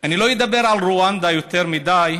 אני לא אדבר על רואנדה יותר מדי,